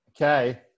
Okay